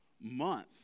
month